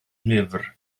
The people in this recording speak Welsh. lyfr